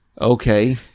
Okay